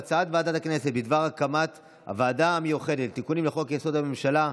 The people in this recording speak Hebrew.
הצעת ועדת הכנסת בדבר הקמת הוועדה המיוחדת לתיקונים לחוק-יסוד: הממשלה,